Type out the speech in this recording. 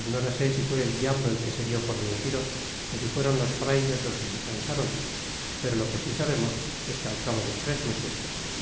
ignórase si fué el diablo el que se dió por vencido ó si fueron los frailes los que se cansaron pero lo que si sabemos es que al cabo de tres meses